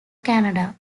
canada